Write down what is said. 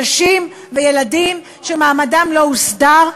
נשים וילדים שמעמדם לא הוסדר,